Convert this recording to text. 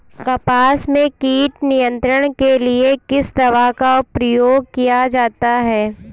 कपास में कीट नियंत्रण के लिए किस दवा का प्रयोग किया जाता है?